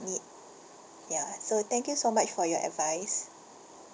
need ya so thank you so much for your advice